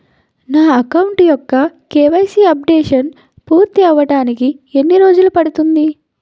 నా అకౌంట్ యెక్క KYC updation పూర్తి అవ్వడానికి ఎన్ని రోజులు పడుతుంది?